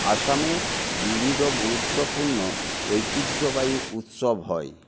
আসামে বিবিধ গুরুত্বপূর্ণ ঐতিহ্যবাহী উৎসব হয়